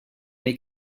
nei